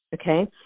okay